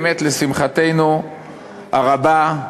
באמת לשמחתנו הרבה,